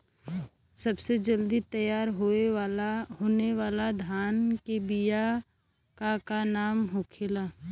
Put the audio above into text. सबसे जल्दी तैयार होने वाला धान के बिया का का नाम होखेला?